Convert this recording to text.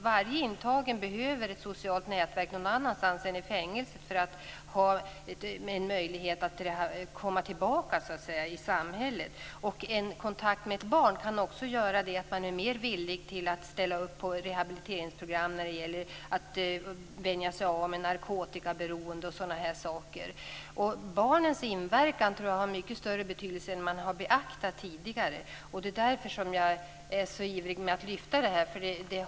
Varje intagen behöver ett socialt nätverk någon annanstans än i fängelset för att kunna komma tillbaka till samhället. En kontakt med ett barn kan också göra att den intagna är mer villig att ställa upp på rehabiliteringsprogram när det gäller att vänja sig av med narkotikaberoende, t.ex. Barnens inverkan tror jag har mycket större betydelse än man har beaktat tidigare. Det är därför jag är så ivrig när det gäller att lyfta fram denna fråga.